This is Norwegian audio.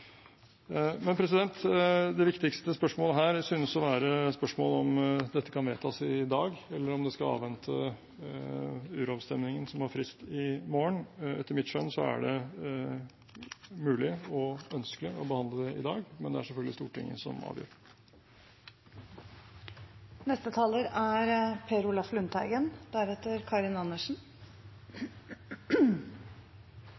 Men det viktigste spørsmålet her synes å være spørsmålet om dette kan vedtas i dag, eller om man skal avvente uravstemningen, som har frist i morgen. Etter mitt skjønn er det mulig og ønskelig å behandle det i dag, men det er selvfølgelig Stortinget som avgjør. Senterpartiet er